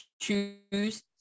choose